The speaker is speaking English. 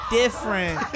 different